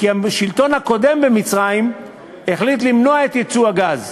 כי השלטון הקודם במצרים החליט למנוע את ייצוא הגז,